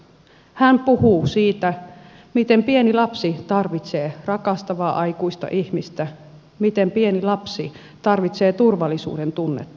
hän puhuu siitä miten pieni lapsi tarvitsee rakastavaa aikuista ihmistä miten pieni lapsi tarvitsee turvallisuudentunnetta